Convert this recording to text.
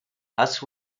has